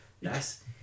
Yes